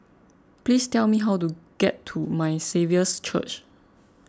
please tell me how to get to My Saviour's Church